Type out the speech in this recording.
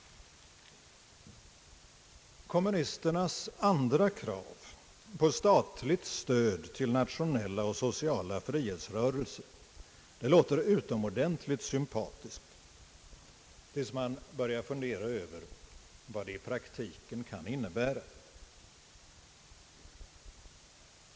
Kommunisternas andra krav på statligt stöd till nationella och sociala frihetsrörelser låter utomordentligt sympatiskt, tills man börjar fundera över vad det i praktiken kan innebära.